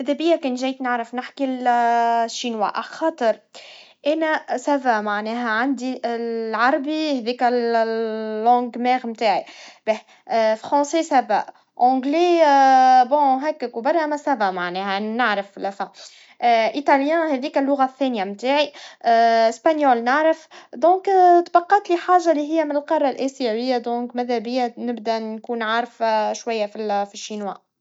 ماذا بيا كان جاي نعرف نحكي الصينية, عخاطر, أنا سا فا, معناه عندي ال العربي هديك ال اللغة الأم متعاي, الفرنسيا جيد, الانجليزي جيد, هكا كوبار مع جيد معناها نعرف في الآخر, الإيطالي هديك اللغة الثانية لي, الإسباني نعرف, لذا تبقت لي حاجا اللي هيا من القارا الإسيويا, لذا ماذا بيا نبدا ونعرف شويا فالصيني.